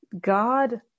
God